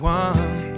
one